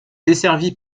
desservie